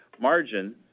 margin